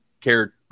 care